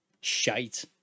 shite